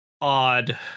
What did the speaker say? odd